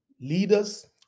leaders